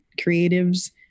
creatives